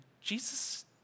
Jesus